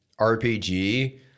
RPG